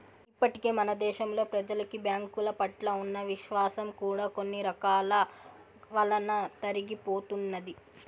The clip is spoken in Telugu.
ఇప్పటికే మన దేశంలో ప్రెజలకి బ్యాంకుల పట్ల ఉన్న విశ్వాసం కూడా కొన్ని కారణాల వలన తరిగిపోతున్నది